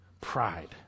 Pride